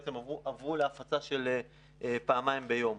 ובעצם עברו להפצה של פעמיים ביום.